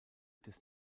des